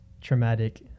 traumatic